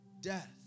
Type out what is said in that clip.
death